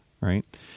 right